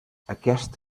aquest